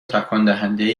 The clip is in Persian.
تکاندهندهای